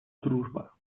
дружба